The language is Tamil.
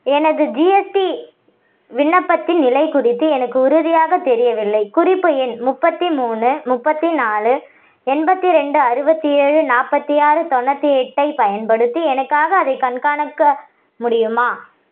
எனது ஜிஎஸ்டி விண்ணப்பத்தின் நிலை குறித்து எனக்கு உறுதியாக தெரியவில்லை குறிப்பு எண் முப்பத்தி மூணு முப்பத்தி நாலு எண்பத்தி ரெண்டு அறுபத்தி ஏழு நாற்பத்தி ஆறு தொண்ணூற்றி எட்டைப் பயன்படுத்தி எனக்காக அதைக் கண்காணிக்க முடியுமா